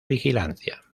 vigilancia